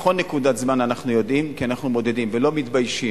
בכל נקודת זמן אנחנו יודעים כי אנחנו מודדים ולא מתביישים.